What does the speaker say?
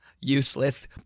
useless